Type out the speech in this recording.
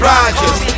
Rodgers